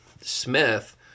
Smith